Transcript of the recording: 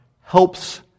helps